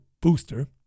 booster